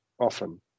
often